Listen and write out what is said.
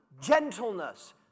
Gentleness